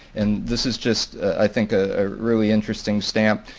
and this is just, i think, a really interesting stamp.